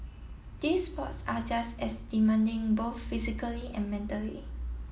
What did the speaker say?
these sports are just as demanding both physically and mentally